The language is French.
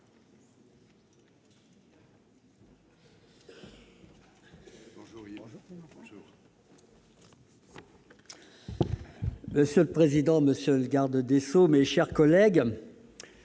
Monsieur le président, monsieur le garde des sceaux, mes chers collègues,